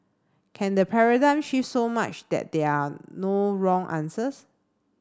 can the paradigm shift so much that there are no wrong answers